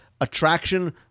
attraction